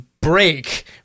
break